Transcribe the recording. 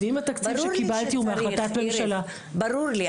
אם התקציב שקיבלתי הוא מהחלטת ממשלה, ברור לי,